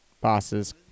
bosses